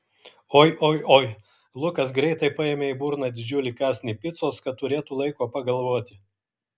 oi oi oi lukas greitai paėmė į burną didžiulį kąsnį picos kad turėtų laiko pagalvoti